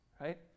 right